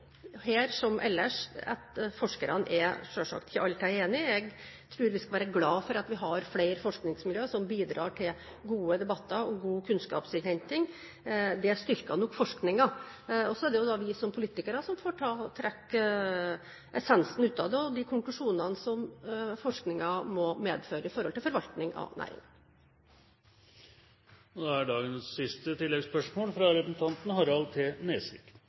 forskerne selvsagt ikke alltid enige. Jeg tror vi skal være glad for at vi har flere forskningsmiljøer som bidrar til gode debatter og god kunnskapsinnhenting. Det styrker nok forskningen. Så er det vi som politikere som får trekke essensen ut av det, og ta de konklusjonene som forskningen må medføre i forhold til forvaltning av næringen. Harald T. Nesvik – til oppfølgingsspørsmål. Jeg vil bare påpeke at svaret som statsråden ga til representanten